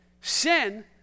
Sin